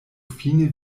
fine